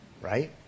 right